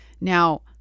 Now